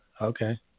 Okay